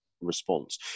response